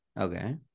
okay